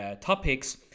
topics